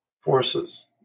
forces